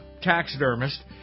taxidermist